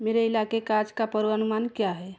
मेरे इलाके का आज का पूर्वानुमान क्या है